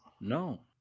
No